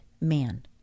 man